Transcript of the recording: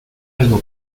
algo